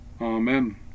Amen